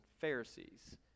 Pharisees